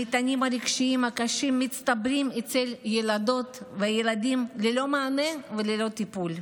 המטענים הרגשיים הקשים מצטברים אצל ילדות וילדים ללא מענה וללא טיפול.